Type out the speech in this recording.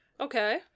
Okay